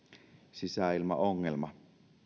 sisäilmaongelma